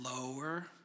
lower